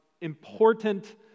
important